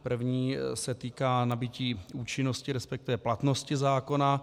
První se týká nabytí účinnosti, resp. platnosti zákona.